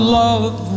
love